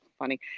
Funny